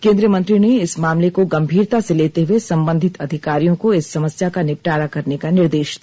केंद्रीय मंत्री ने इस मामले को गंभीरता से लेते हुए संबंधित अधिकारियों को इस समस्या का निपटारा करने का निर्देश दिया